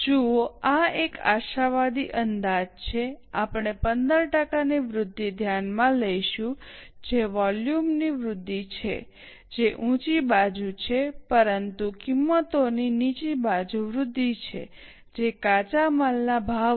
જુઓ આ એક આશાવાદી અંદાજ છે આપણે 15 ટકાની વૃદ્ધિ ધ્યાનમાં લઈશું જે વોલ્યુમ ની વૃદ્ધિ છે જે ઊંચી બાજુ છે પરંતુ કિંમતોની નીચી બાજુ વૃદ્ધિ છે જે કાચા માલના ભાવો